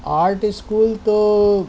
art school تو